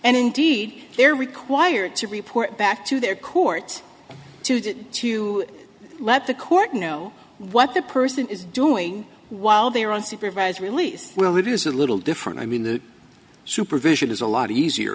and indeed they're required to report back to their court to let the court know what the person is doing while they are on supervised release well it is a little different i mean the supervision is a lot easier